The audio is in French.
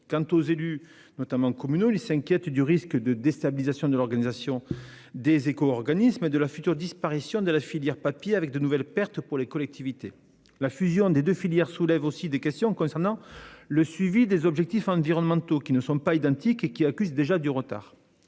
part, les élus, notamment communaux, s'inquiètent du risque de déstabilisation de l'organisation des éco-organismes et de la future disparition de la filière papier, entraînant de nouvelles pertes. La fusion des deux filières soulève aussi des questions concernant le suivi des objectifs environnementaux : ils ne sont pas identiques de chaque côté et accusent déjà du retard.